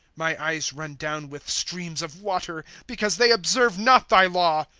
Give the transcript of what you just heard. my eyes run down with streams of water, because they observe not thy law.